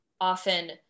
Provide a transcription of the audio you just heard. often